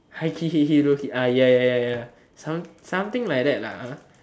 high key hate him low key ah ya ya ya some something like that lah ah